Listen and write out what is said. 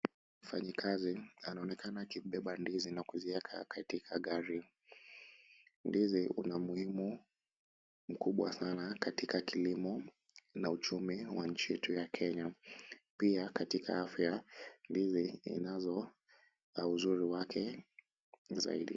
Mfanyikazi anaonekana akibeba ndizi na kuziweka katika gari. Ndizi una umuhimu mkubwa sana katika kilimo na uchumi wa nchi yetu ya Kenya. Pia katika afya ndizi inazo uzuri wake zaidi.